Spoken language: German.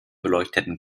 beleuchteten